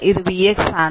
ഇത് vx ആണ്